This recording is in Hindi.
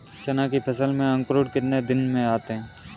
चना की फसल में अंकुरण कितने दिन में आते हैं?